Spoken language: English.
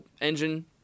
engine